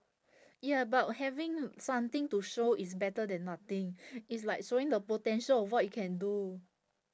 ya but having something to show it's better than nothing it's like showing the potential of what you can do